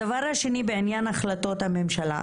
הדבר השני בעניין החלטות הממשלה.